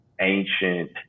ancient